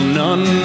none